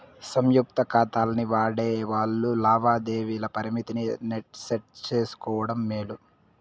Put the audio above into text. సంయుక్త కాతాల్ని వాడేవాల్లు లావాదేవీల పరిమితిని సెట్ చేసుకోవడం మేలు